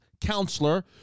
counselor